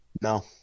No